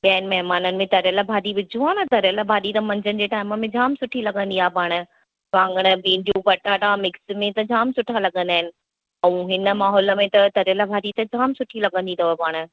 ॿियनि महिमाननि में तरियल भाॼी विझो आहे न तरियल भाॼी त मंझंनि जे टाइम में जाम सुठी लॻंदी आहे पाण वाङण भींडियूं पटाटा मिक्स में त जाम सुठा लॻंदा आहिनि ऐं हिन माहौल में त तरियल भाॼी त जाम सुठी लॻंदी अथव पाण